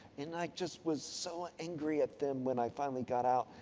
and, i just was so angry at them when i finally got out.